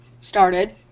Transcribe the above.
started